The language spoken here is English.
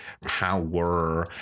Power